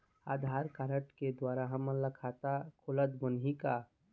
आधार card के द्वारा हमन ला खाता खोलत बनही का?